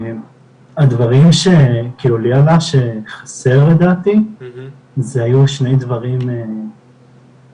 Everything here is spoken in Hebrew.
הדברים שלי עלה שחסר לדעתי זה היו שני דברים מרכזיים,